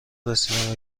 رسیدن